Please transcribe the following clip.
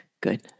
Good